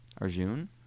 Arjun